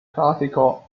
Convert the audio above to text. classical